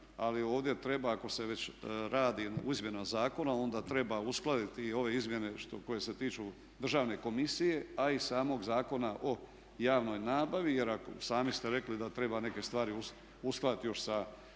ali ovdje treba ako se već radi izmjena zakona onda treba uskladiti i ove izmjene koje se tiču državne komisije a i samog zakona o javnoj nabavi. Jer ako, sami ste rekli da treba neke stvari uskladiti još sa